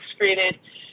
excreted